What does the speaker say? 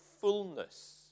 fullness